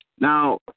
Now